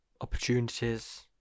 Opportunities